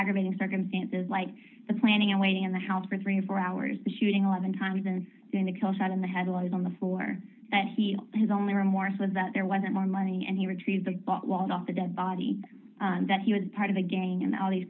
aggravating circumstances like the planning and waiting in the house for three or four hours the shooting eleven times and then the kill shot in the head along on the floor that he has only remorse was that there wasn't more money and he retrieve the walled off the dead body that he was part of the gang and all these